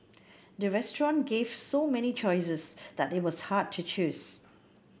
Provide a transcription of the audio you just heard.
the restaurant gave so many choices that it was hard to choose